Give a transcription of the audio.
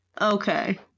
Okay